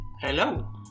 Hello